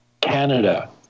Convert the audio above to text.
Canada